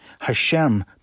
Hashem